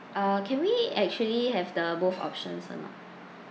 uh can we actually have the both options or not